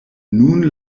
nun